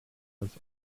was